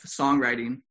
songwriting